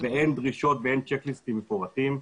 ואין דרישות ואין צ'ק ליסטים מפורטים.